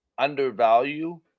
undervalue